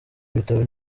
ibitabo